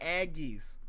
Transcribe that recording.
Aggies